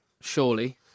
Surely